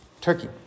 Turkey